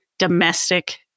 domestic